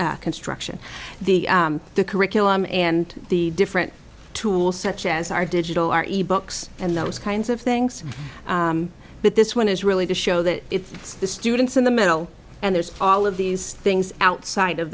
construction the the curriculum and the different tools such as our digital our e books and those kinds of things but this one is really to show that it's the students in the middle and there's all of these things outside of